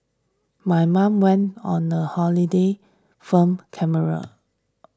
my mom went on a holiday film camera